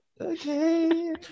Okay